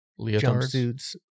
jumpsuits